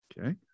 Okay